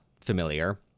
familiar